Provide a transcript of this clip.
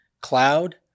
cloud